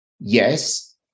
Yes